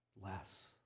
less